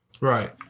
right